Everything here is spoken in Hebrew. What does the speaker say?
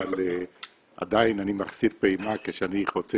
אבל עדיין אני מחסיר פעימה כשאני חוצה